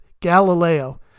Galileo